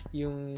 yung